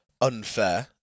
unfair